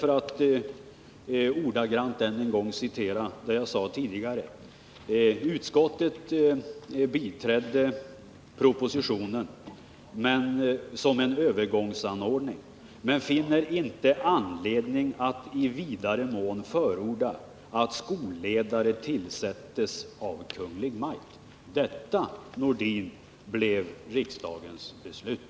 Som jag tidigare sagt — jag upprepar det ordagrant - ”biträder utskottet detta förslag såsom en övergångsanordning men finner inte anledning att i vidare mån förorda att skolledare tillsättes av Kungl. Maj:t”.